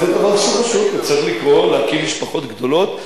זה דבר שהוא חשוב יותר מכול להקים משפחות גדולות,